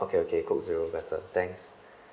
okay okay coke zero better thanks